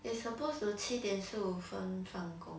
they suppose to 七点十五分放工